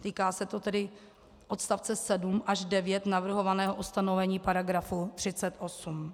Týká se to tedy odst. 7 až 9 navrhovaného ustanovení § 38.